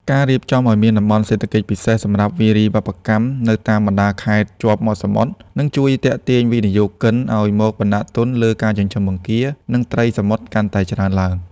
ការរៀបចំឱ្យមានតំបន់សេដ្ឋកិច្ចពិសេសសម្រាប់វារីវប្បកម្មនៅតាមបណ្ដាខេត្តជាប់មាត់សមុទ្រ នឹងជួយទាក់ទាញវិនិយោគិនឱ្យមកបណ្ដាក់ទុនលើការចិញ្ចឹមបង្គា និងត្រីសមុទ្រកាន់តែច្រើនឡើង។